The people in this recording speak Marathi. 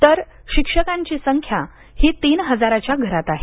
तर शिक्षकांची संख्या ही तीन हजाराच्या घरात आहे